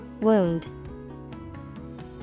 Wound